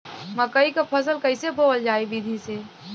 मकई क फसल कईसे बोवल जाई विधि से?